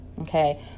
Okay